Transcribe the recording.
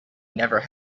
never